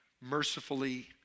mercifully